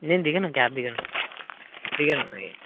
నేను దిగను క్యాబ్ దిగను దిగను